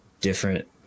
different